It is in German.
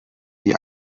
wie